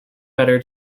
better